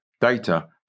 data